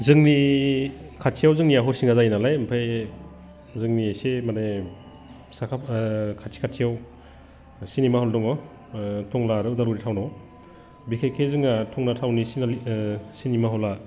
जोंनि खाथियाव जोंनिया हरिसिङा जायो नालाय ओमफाय जोंनि एसे माने साखाफारा खाथि खाथियाव सिनेमा हल दङ टंला आरो उदालगुरि टाउनाव बिखेखै जोंहा टंला टाउननि सिंगोल सिनेमा हलआ